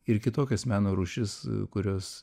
ir kitokias meno rūšis kurios